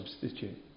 substitute